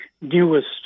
newest